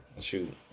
shoot